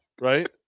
Right